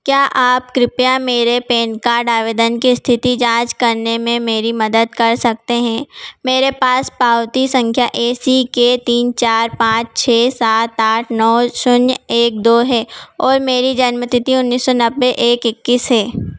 क्या आप कृपया मेरे पैन कार्ड आवेदन की स्थिति जाँच करने में मेरी मदद कर सकते हैं मेरे पास पावती संख्या ए सी के तीन चार पाँच छः सात आठ नौ शून्य एक दो है और मेरी जन्म तिथि उन्नीस सौ नब्बे एक इक्कीस है